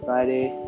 Friday